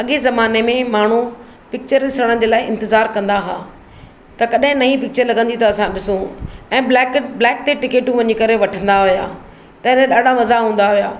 अॻे ज़माने माण्हू पिक्चर ॾिसण जे लाइ इंतज़ारु कंदा हुआ त कॾहिं नईं पिक्चर लॻंदी त असां ॾिसूं ऐं ब्लेक ब्लेक ते टिकिटूं वञी करे वठंदा हुया तॾहिं ॾाढा मज़ा हूंदा हुया